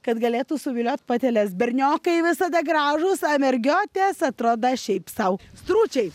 kad galėtų suviliot pateles berniokai visada gražūs mergiotės atrodo šiaip sau stručiai